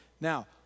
Now